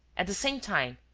at the same time,